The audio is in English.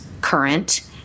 current